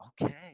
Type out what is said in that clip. okay